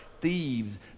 thieves